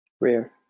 Rare